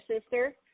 Sister